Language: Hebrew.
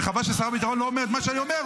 וחבל ששר הביטחון לא אומר את מה שאני אומר,